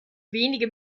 wenige